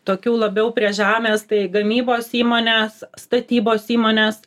tokių labiau prie žemės tai gamybos įmones statybos įmones